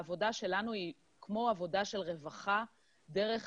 העבודה שלנו היא כמו עבודה של רווחה דרך